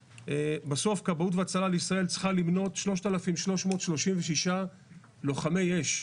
בסוף כבאות והצלה לישראל צריכה למנות 3,336 לוחמי אש.